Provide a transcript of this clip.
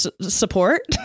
support